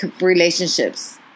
relationships